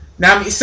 Now